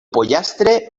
pollastre